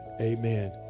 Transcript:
Amen